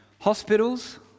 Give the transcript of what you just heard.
Hospitals